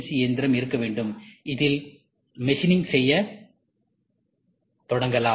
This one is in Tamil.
சி இயந்திரம் இருக்க வேண்டும் அதில் மெசினிங் செய்ய தொடங்கலாம்